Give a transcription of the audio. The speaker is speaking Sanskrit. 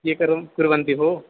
एकं कुर्वन्ति भो